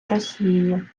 росією